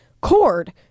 cord